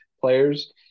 players